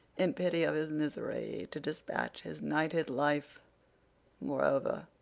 in pity of his misery, to despatch his nighted life moreover,